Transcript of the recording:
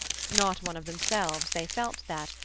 not one of themselves, they felt that,